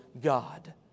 God